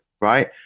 right